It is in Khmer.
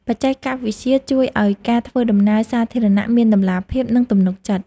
បច្ចេកវិទ្យាជួយឱ្យការធ្វើដំណើរសាធារណៈមានតម្លាភាព និងទំនុកចិត្ត។